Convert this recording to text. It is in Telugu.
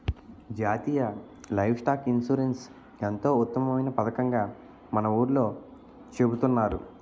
జాతీయ లైవ్ స్టాక్ ఇన్సూరెన్స్ ఎంతో ఉత్తమమైన పదకంగా మన ఊర్లో చెబుతున్నారు